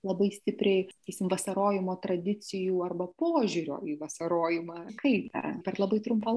labai stipriai sakysim vasarojimo tradicijų arba požiūrio į vasarojimą kaip bet labai trumpą